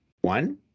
one